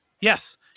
Yes